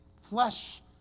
flesh